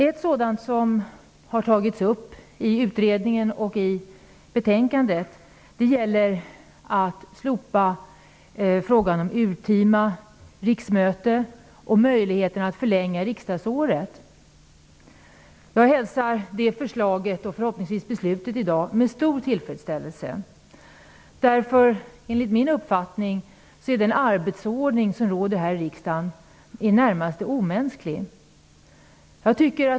En fråga som har tagits upp i utredningen och i betänkandet gäller slopandet av urtima riksmöte och möjligheten att förlänga riksdagsåret. Jag hälsar det förslaget -- och förhoppningsvis det beslutet i dag -- med stor tillfredsställelse. Enligt min uppfattning är den arbetsordning som råder här i riksdagen i det närmaste omänsklig.